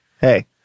hey